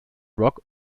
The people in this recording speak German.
rock